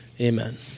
Amen